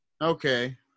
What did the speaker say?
Okay